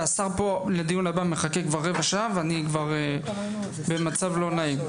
והשר פה לדיון הבא מחכה כבר רבע שעה ואני כבר במצב לא נעים.